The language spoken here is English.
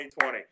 2020